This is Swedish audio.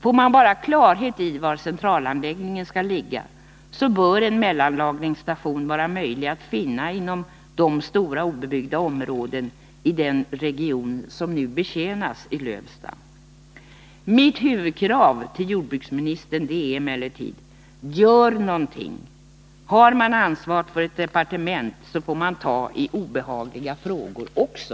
Får man bara klarhet i var centralanläggningen skall ligga bör en mellanlagringsstation vara möjlig att finna inom de stora obebyggda områdena i den region som nu betjänas i Lövsta. Mitt huvudkrav till jordbruksministern är emellertid: Gör någonting! Har man ansvar för ett departement får man ta i obehagliga frågor också.